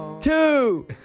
Two